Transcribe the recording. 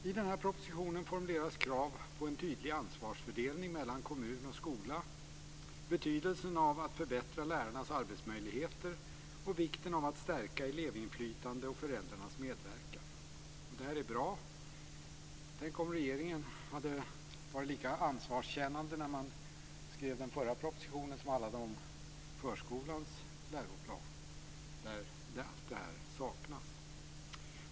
I den här propositionen formuleras krav på en tydlig ansvarsfördelning mellan kommun och skola, betydelsen av att förbättra lärarnas arbetsmöjligheter och vikten av att stärka elevinflytande och föräldrarnas medverkan. Det här är bra. Tänk om regeringen hade varit lika ansvarskännande när man skrev den förra propositionen som handlade om förskolans läroplan där allt det här saknas.